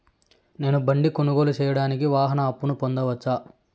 నేను బండి కొనుగోలు సేయడానికి వాహన అప్పును పొందవచ్చా?